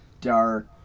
Dark